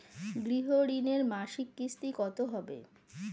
গৃহ ঋণের মাসিক কিস্তি কত হবে?